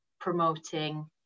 promoting